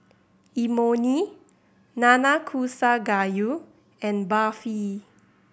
Imoni Nanakusa Gayu and Barfi